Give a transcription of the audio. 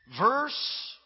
verse